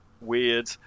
weird